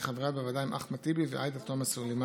חבריה בוועדה הם חברי הכנסת אחמד טיבי ועאידה תומא סלימאן.